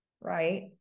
right